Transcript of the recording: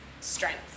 strength